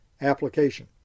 application